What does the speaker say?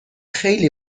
خیلی